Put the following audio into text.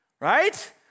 right